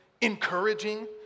encouraging